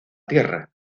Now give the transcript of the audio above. tierra